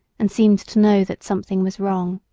and seemed to know that something was wrong.